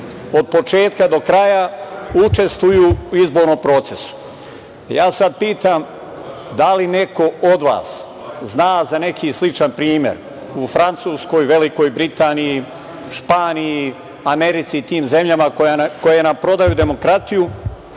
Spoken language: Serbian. od početka do kraja učestvuju u izbornom procesu. Ja sada pitam, da li neko od vas zna za neki sličan primer u Francuskoj, Velikoj Britaniji, Španiji, Americi i tim zemljama koje nam prodaju demokratiju,